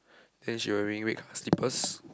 then she wearing red colour slippers